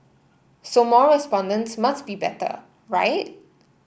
so more respondents must be better right